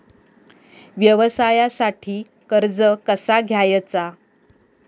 व्यवसायासाठी कर्ज कसा घ्यायचा?